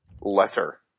lesser